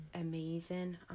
amazing